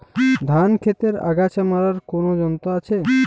ধান ক্ষেতের আগাছা মারার কোন যন্ত্র আছে?